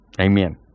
Amen